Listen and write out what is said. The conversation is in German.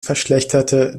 verschlechterte